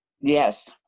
Yes